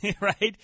Right